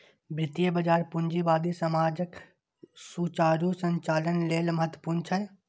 वित्तीय बाजार पूंजीवादी समाजक सुचारू संचालन लेल महत्वपूर्ण छै